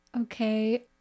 Okay